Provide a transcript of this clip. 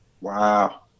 Wow